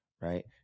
right